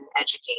educate